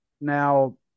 Now